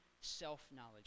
self-knowledge